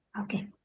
Okay